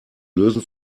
lösen